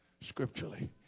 scripturally